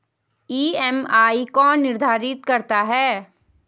EMI कौन निर्धारित करता है?